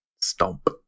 Stomp